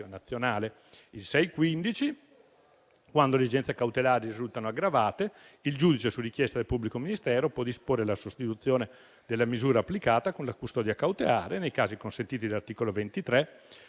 che, quando le esigenze cautelari risultino aggravate, il giudice, su richiesta del pubblico ministero, possa disporre la sostituzione della misura applicata con la custodia cautelare, nei casi consentiti dall'articolo 23